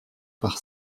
par